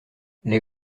les